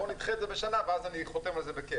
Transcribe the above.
בואו נדחה את זה בשנה ואז אני חותם על זה בכיף.